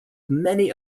many